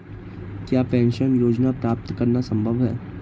क्या पेंशन योजना प्राप्त करना संभव है?